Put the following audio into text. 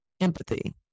empathy